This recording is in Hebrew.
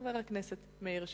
חבר הכנסת מאיר שטרית,